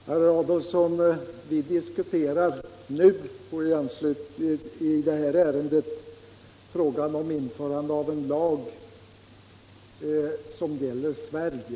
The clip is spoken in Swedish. Herr talman! Vi diskuterar här frågan om införandet av en lag som gäller Sverige.